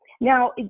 now